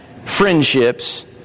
friendships